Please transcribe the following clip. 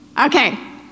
Okay